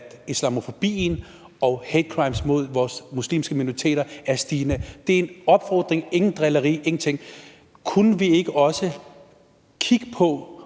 at islamofobien og hate crimes mod vores muslimske minoriteter er i stigning. Det er en opfordring – der er ikke tale om drilleri eller noget andet: Kunne vi ikke også kigge på,